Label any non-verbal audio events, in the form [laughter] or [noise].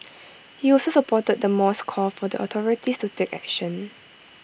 [noise] he also supported the mall's call for the authorities to take action